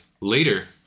later